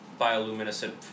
bioluminescent